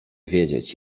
wiedzieć